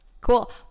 cool